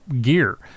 gear